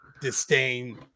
disdain